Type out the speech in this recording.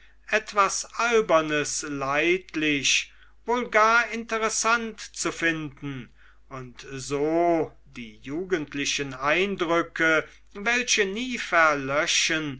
etwas albernes leidlich wohl gar interessant zu finden und so die jugendlichen eindrücke welche nie verlöschen